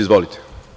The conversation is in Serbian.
Izvolite.